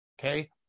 Okay